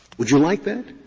would you like that?